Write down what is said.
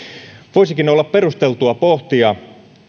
voisikin olla perusteltua pohtia